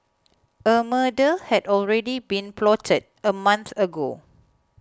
a murder had already been plotted a month ago